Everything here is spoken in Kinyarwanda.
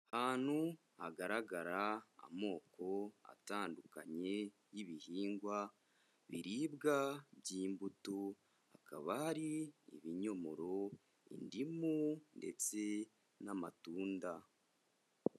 Ahantu hagaragara amoko atandukanye y'ibihingwa biribwa by'imbuto, hakaba hari ibinyomoro, indimu ndetse n'amatunda.